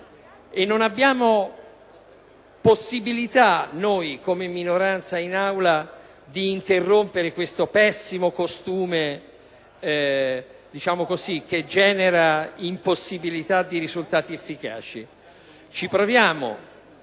e non abbiamo possibilita noi, come minoranza in Aula, di interrompere questo pessimo costume che genera impossibilitadi risultati efficaci. Ci proviamo,